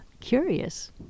curious